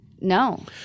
No